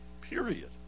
Period